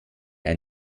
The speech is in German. ein